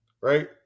right